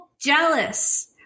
Jealous